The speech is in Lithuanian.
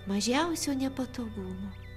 mažiausio nepatogumo